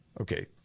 Okay